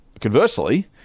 conversely